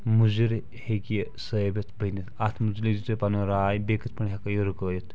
مُضر ہیٚکہِ یہِ ثٲبِتھ بٔنِتھ اَتھ مُجلِق زِ تُہۍ پَنُن راے بیٚیہِ کِتھ پٲٹھۍ ہیٚکو یہِ رُکٲیِتھ